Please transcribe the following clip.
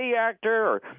actor